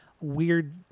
weird